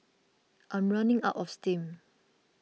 I'm running out of steam